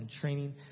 training